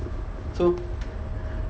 so